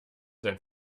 sein